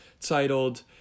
titled